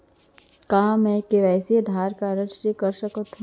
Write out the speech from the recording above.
का मैं KYC Aadhaar card से कर सकत हो?